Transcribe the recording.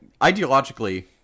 ideologically